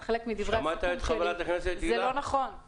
יש רק מייל.